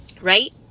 right